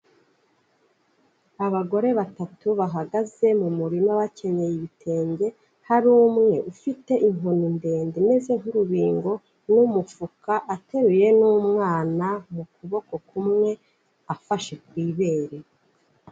Abagore batatu bahagaze mu murima bakeneyenye ibitenge, hari umwe ufite inkoni ndende imeze nk'urubingo n'umufuka ateruye n'umwana mu kuboko kumwe afashe ku ibere.